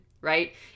right